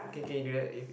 okay okay do that if